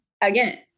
again